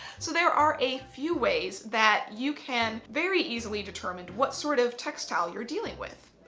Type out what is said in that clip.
so there are a few ways that you can very easily determine what sort of textile you're dealing with.